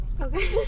Okay